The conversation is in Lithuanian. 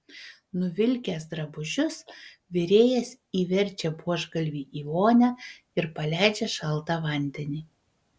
nuvilkęs drabužius virėjas įverčia buožgalvį į vonią ir paleidžia šaltą vandenį